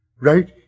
Right